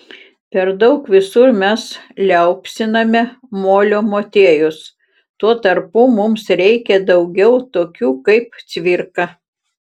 per daug visur mes liaupsiname molio motiejus tuo tarpu mums reikia daugiau tokių kaip cvirka